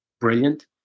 brilliant